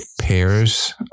pairs